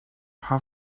how